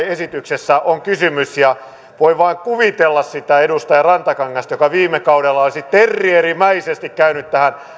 esityksessä on kysymys ja voi vain kuvitella sitä edustaja rantakangasta joka viime kaudella olisi terrierimäisesti käynyt tähän